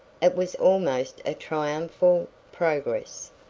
it was almost a triumphal progress,